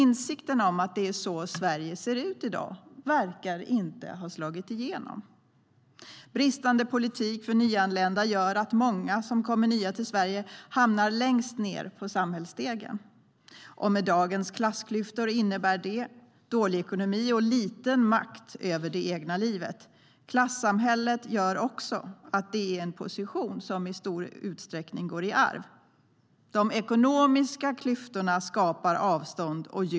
Insikten om att det är så Sverige ser ut i dag verkar dock inte ha slagit igenom. Bristande politik för nyanlända gör att många som kommer nya till Sverige hamnar längst ned på samhällsstegen, och med dagens klassklyftor innebär det dålig ekonomi och liten makt över det egna livet. Klassamhället gör också att det är en position som i stor utsträckning går i arv.